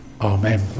amen